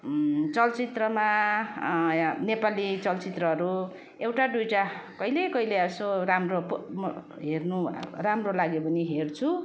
चलचित्रमा नेपाली चलचित्रहरू एउटा दुइवटा कहिले कहिले यसो राम्रो हेर्नु राम्रो लाग्यो भने हेर्छु